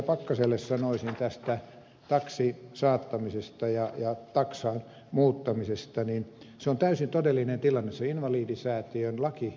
pakkaselle sanoisin tästä taksisaattamisesta ja taksan muuttamisesta että se on täysin todellinen tilanne